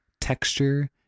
texture